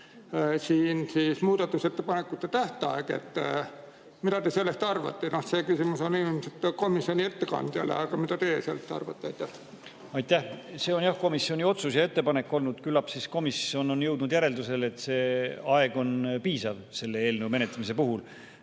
siin muudatusettepanekute tähtaeg? Mida te sellest arvate? No see küsimus on ilmselt komisjoni ettekandjale, aga mida teie sellest arvate? Aitäh, see on jah komisjoni otsus ja ettepanek olnud, küllap siis komisjon on jõudnud järeldusele, et see aeg on piisav selle eelnõu menetlemise puhul.